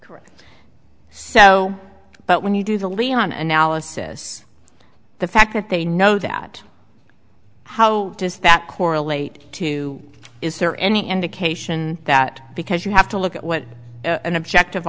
correct so but when you do the leon analysis the fact that they know that how does that correlate to is there any indication that because you have to look at what an objective